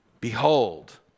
Behold